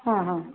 ಹಾಂ ಹಾಂ